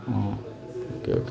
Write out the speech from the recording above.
ആ okay okay